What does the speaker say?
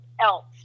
else